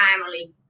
family